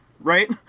right